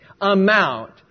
amount